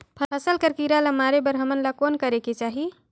फसल कर कीरा ला मारे बर हमन ला कौन करेके चाही?